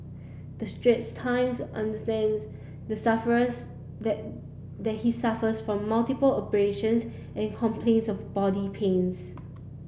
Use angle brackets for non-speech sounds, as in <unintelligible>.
the Straits Times understands the suffers <unintelligible> that he suffers from multiple abrasions and complains of body pains